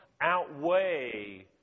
outweigh